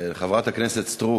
חברת הכנסת סטרוק,